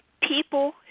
people